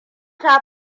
ta